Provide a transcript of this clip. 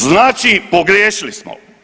Znači pogriješili smo.